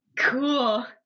Cool